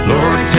Lord